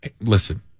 listen